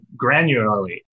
granularly